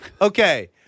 Okay